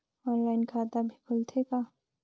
Online खाता भी खुलथे का?